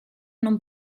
non